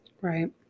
Right